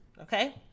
Okay